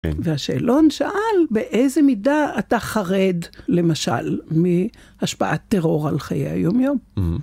והשאלון שאל באיזה מידה אתה חרד למשל מהשפעת טרור על חיי היומיום.